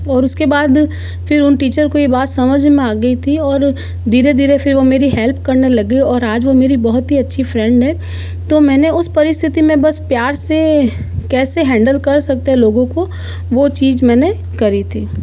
और उसके बाद फिर उन टीचर को ये बात समझ में आ गई थी और धीरे धीरे फिर वो मेरी हेल्प करने लगी और आज वो मेरी बहुत ही अच्छी फ्रेंड है तो मैंने उस परिस्थिति में बस प्यार से कैसे हैंडल कर सकते है लोगों को वो चीज़ मैंने करी थी